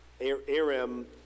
Aram